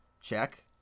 check